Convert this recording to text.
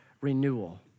renewal